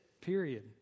period